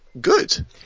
good